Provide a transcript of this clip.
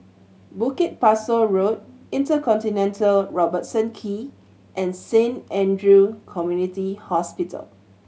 Bukit Pasoh Road InterContinental Robertson Quay and Saint Andrew Community Hospital